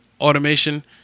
automation